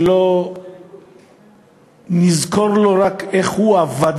לא נזכור לו רק איך הוא עבד